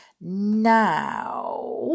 Now